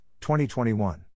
2021